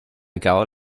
gare